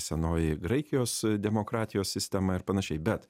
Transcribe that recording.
senoji graikijos demokratijos sistema ir panašiai bet